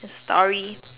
story